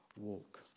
walk